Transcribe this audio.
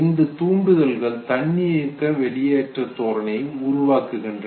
இந்த தூண்டுதல்கள் தன்னியக்க வெளியேற்ற தோரணையை உருவாக்குகின்றன